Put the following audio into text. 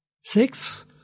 Six